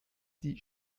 die